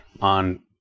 on